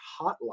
hotline